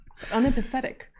unempathetic